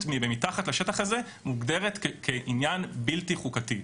מתחת לגודל השטח הזה מוגדרת כעניין בלתי חוקתי.